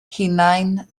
hunain